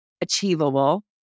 achievable